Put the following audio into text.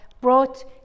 brought